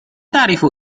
تعرف